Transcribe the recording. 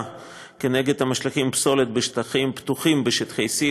כנגד המשליכים פסולת בשטחים פתוחים בשטחי C,